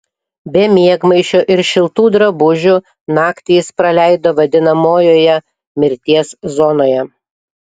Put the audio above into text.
be miegmaišio ir šiltų drabužių naktį jis praleido vadinamojoje mirties zonoje